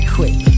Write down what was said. Quick